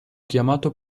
chiamato